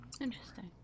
interesting